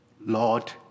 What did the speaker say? Lord